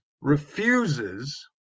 refuses